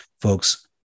Folks